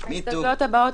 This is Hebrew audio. ההסתייגות לא התקבלה.